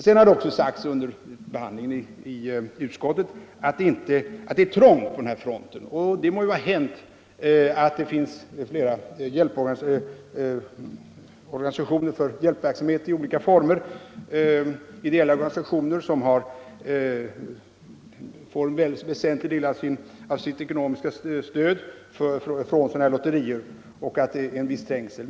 Det har sagts under behandlingen i utskottet att det är trångt på den här fronten. Det må vara hänt att flera ideella organisationer för hjälpverksamhet i olika former får en väsentlig del av sitt ekonomiska stöd från lotterier och att det är en viss trängsel.